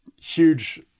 huge